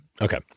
Okay